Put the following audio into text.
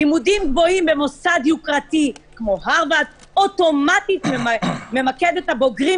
לימודים גבוהים במוסד יוקרתי כמו הרווארד אוטומטית ממקד את הבוגרים